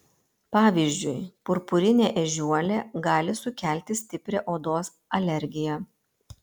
pavyzdžiui purpurinė ežiuolė gali sukelti stiprią odos alergiją